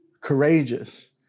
courageous